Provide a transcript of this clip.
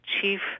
chief